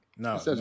No